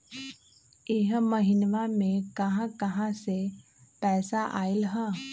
इह महिनमा मे कहा कहा से पैसा आईल ह?